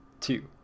two